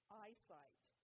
eyesight